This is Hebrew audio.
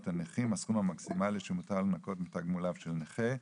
הנכים (הסכום המקסימלי שמותר לנכות מתגמוליו של נכה).